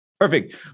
Perfect